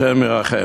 השם ירחם.